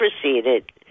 proceeded